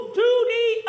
duty